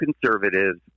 conservatives